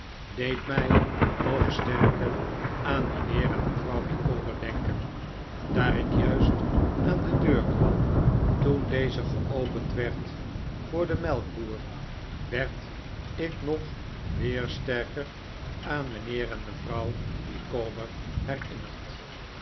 deed mij nog sterker aan mijnheer en mevrouw micawber denken daar ik juist aan de deur kwam toen deze geopend werd voor den melkboer werd ik nog weer sterker aan mijnheer en mevrouw micawber herinnerd